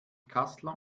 kassler